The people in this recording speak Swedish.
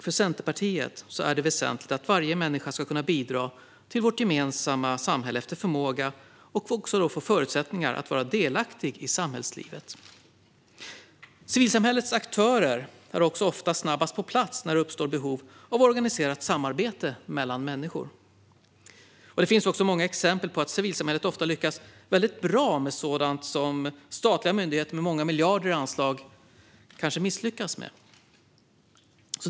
För Centerpartiet är det väsentligt att varje människa ska kunna bidra till vårt gemensamma samhälle efter förmåga och få förutsättningar att vara delaktig i samhällslivet. Civilsamhällets aktörer är ofta snabbast på plats när det uppstår behov av organiserat samarbete mellan människor. Det finns många exempel på att civilsamhället ofta lyckas väldigt bra med sådant som statliga myndigheter med många miljarder i anslag kanske misslyckas med.